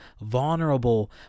vulnerable